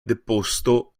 deposto